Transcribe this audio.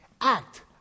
Act